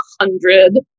hundred